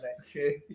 Okay